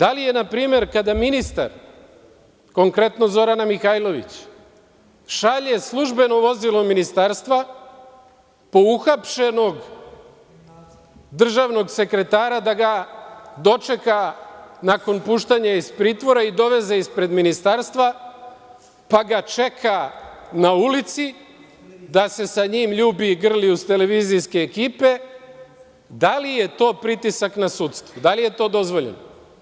Na primer, kada ministar, konkretno Zorana Mihajlović, šalje službeno vozilo ministarstva po uhapšenog državnog sekretara da ga dočeka nakon puštanja iz pritvora i doveze ispred ministarstva, pa ga čeka na ulici da se sa njim ljubi i grli uz televizijske ekipe, da li je to pritisak na sudstvo, da li je to dozvoljeno?